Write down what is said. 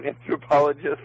anthropologist